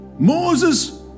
Moses